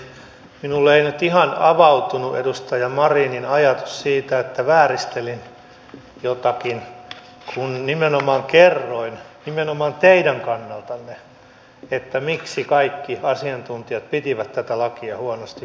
minulle ei nyt ihan avautunut edustaja marinin ajatus siitä että vääristelin jotakin kun nimenomaan kerroin nimenomaan teidän kannaltanne miksi kaikki asiantuntijat pitivät tätä lakia huonosti valmisteltuna